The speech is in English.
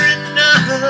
enough